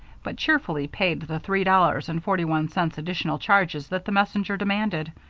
but cheerfully paid the three dollars and forty-one cents additional charges that the messenger demanded.